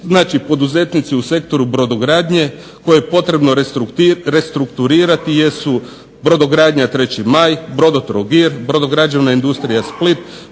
znači poduzetnici u sektoru brodogradnje koje je potrebno restrukturirati jesu brodogradnja 3. Maj, Brodotrogir, Brodograđevna industrija Split,